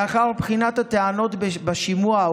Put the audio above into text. לאחר בחינת הטענות בשימוע,